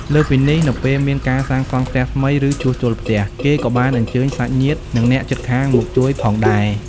លើសពីនេះ នៅពេលមានការសាងសង់ផ្ទះថ្មី ឬជួសជុលផ្ទះ គេក៏បានអញ្ជើញសាច់ញាតិ និងអ្នកជិតខាងមកជួយផងដែរ។